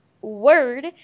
word